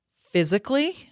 physically